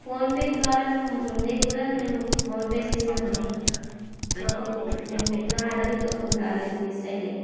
PhonePe ద్వారా ముందే కూడా మేము ఫోన్పే చేశామన్నా మాకు మేము పెట్టిన ఆర్డర్ ఇంకా కొన్ని రాలేదు మిస్ అయ్యాయి